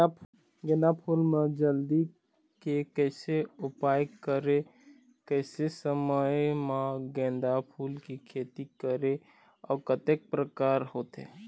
गेंदा फूल मा जल्दी के कैसे उपाय करें कैसे समय मा गेंदा फूल के खेती करें अउ कतेक प्रकार होथे?